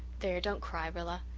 there, don't cry, rilla.